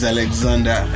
Alexander